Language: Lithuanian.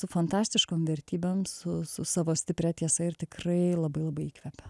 su fantastiškom vertybėm su su savo stipria tiesa ir tikrai labai labai įkvepia